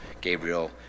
Gabriel